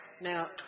Now